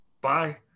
bye